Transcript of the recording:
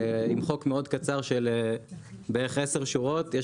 עם חוק מאוד קצר של בערך עשר שורות יש